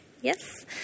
Yes